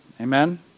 Amen